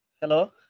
Hello